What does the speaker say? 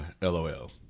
LOL